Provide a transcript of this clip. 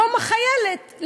יום החיילת,